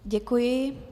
Děkuji.